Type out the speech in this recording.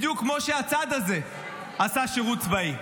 בדיוק כמו שהצד הזה עשה שירות צבאי.